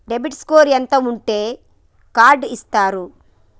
Credit score ఎంత ఉంటే card ఇస్తారు?